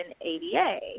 ADA